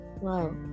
wow